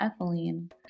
ethylene